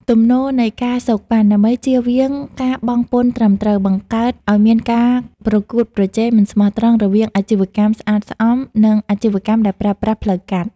ទំនោរនៃ ការសូកប៉ាន់ ដើម្បីជៀសវាងការបង់ពន្ធត្រឹមត្រូវ បង្កើតឱ្យមានការប្រកួតប្រជែងមិនស្មោះត្រង់រវាងអាជីវកម្មស្អាតស្អំ និងអាជីវកម្មដែលប្រើប្រាស់ផ្លូវកាត់។